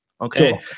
Okay